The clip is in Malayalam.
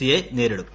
സി യെ നേരിടും